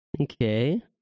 Okay